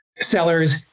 sellers